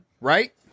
Right